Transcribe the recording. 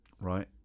right